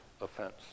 offense